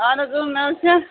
اَہن حظ اۭں مےٚ حظ چھےٚ